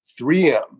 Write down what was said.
3M